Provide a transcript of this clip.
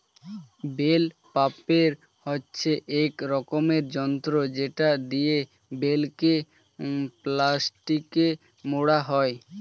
bell wrapper হচ্ছে এক রকমের যন্ত্র যেটা দিয়ে বেলকে প্লাস্টিকে মোড়া হয়